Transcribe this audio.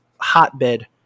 Hotbed